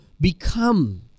become